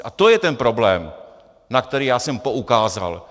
A to je ten problém, na který já jsem poukázal.